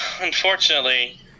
unfortunately